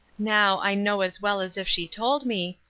now, i know as well as if she told me,